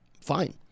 fine